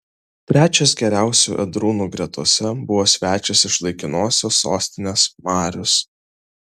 trečias geriausių ėdrūnų gretose buvo svečias iš laikinosios sostinės marius